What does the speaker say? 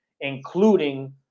including